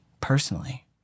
personally